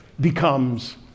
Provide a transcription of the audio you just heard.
becomes